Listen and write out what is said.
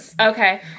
okay